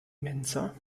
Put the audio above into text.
mensa